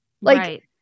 Like-